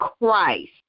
Christ